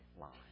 line